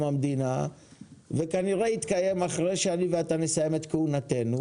המדינה וכנראה יתקיים אחרי שאני ואתה נסיים את כהונתנו.